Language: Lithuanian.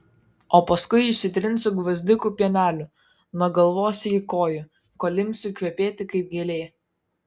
o paskui išsitrinsiu gvazdikų pieneliu nuo galvos iki kojų kol imsiu kvepėti kaip gėlė